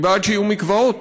אני בעד שיהיו מקוואות,